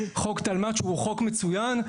חוק תלמ"ת שהוא חוק מצוין,